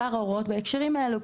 שאר ההוראות בהקשרים האלה,